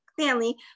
family